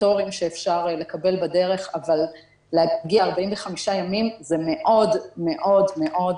פטורים שאפשר לקבל בדרך אבל להגדיר 45 ימים זה מאוד-מאוד דחוק.